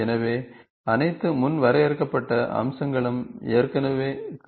எனவே அனைத்து முன் வரையறுக்கப்பட்ட அம்சங்களும் ஏற்கனவே கிடைக்கின்றன